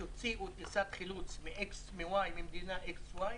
תוצאיו טיסת חילוץ ממדינה כזו וכזו,